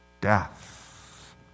death